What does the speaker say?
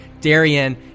Darian